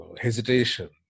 hesitation